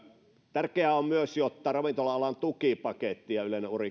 tärkeää on myös että ravintola alan tukipaketti ja yleinen